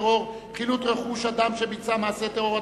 טרור (חילוט רכוש אדם שביצע מעשה טרור),